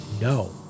No